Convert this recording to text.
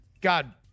God